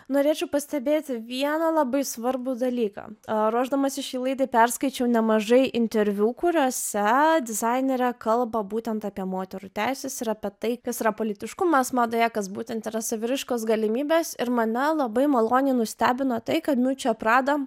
norėčiau pastebėti vieną labai svarbų dalyką ruošdamasis šiai laidai perskaičiau nemažai interviu kuriuose dizainerė kalba būtent apie moterų teises ir apie tai kas yra politiškumas madoje kas būtent yra saviraiškos galimybes ir mane labai maloniai nustebino tai kad miučia prada